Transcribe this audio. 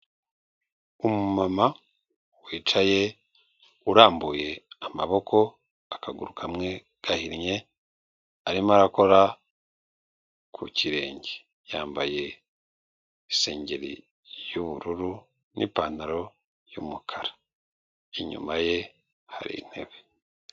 Umumama wicaye, urambuye amaboko, akaguru kamwe gahinnye, arimo arakora ku kirenge. Yambaye isengeri y'ubururu, n'ipantaro y'umukara. Inyuma ye hari intebe.